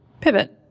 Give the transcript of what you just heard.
pivot